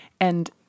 And-